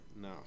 No